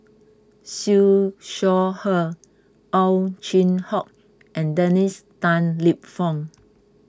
Siew Shaw Her Ow Chin Hock and Dennis Tan Lip Fong